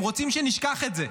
הם רוצים שנשכח את זה,